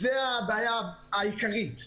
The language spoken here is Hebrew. זו הבעיה העיקרית.